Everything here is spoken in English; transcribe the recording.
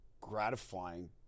gratifying